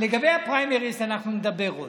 לגבי הפריימריז אנחנו נדבר עוד.